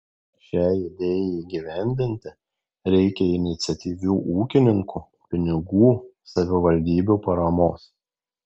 šiai idėjai įgyvendinti reikia iniciatyvių ūkininkų pinigų savivaldybių paramos